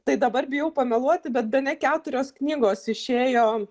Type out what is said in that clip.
tai dabar bijau pameluoti bet bene keturios knygos išėjo